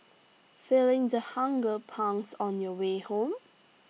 feeling the hunger pangs on your way home